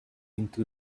into